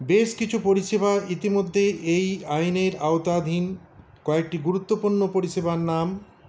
বেশ কিছু পরিষেবা ইতিমধ্যেই এই আইনের আওতাধীন কয়েকটি গুরুত্বপূর্ণ পরিষেবার নাম